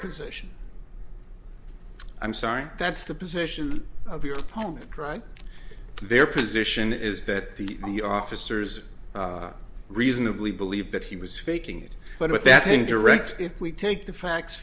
position i'm sorry that's the position of your opponent trying their position is that the officers reasonably believe that he was faking it but that's a direct if we take the facts